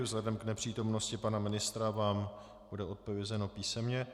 Vzhledem k nepřítomnosti pana ministra vám bude odpovězeno písemně.